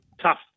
Tough